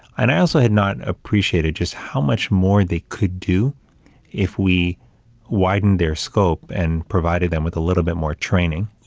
and i also had not appreciated just how much more they could do if we widened their scope and provided them with a little bit more training.